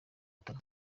gutanga